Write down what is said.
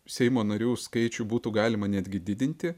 seimo narių skaičių būtų galima netgi didinti